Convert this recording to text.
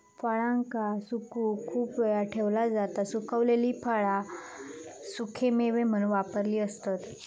फळांका सुकवून खूप वेळ ठेवला जाता सुखवलेली फळा सुखेमेवे म्हणून असतत